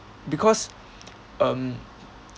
because um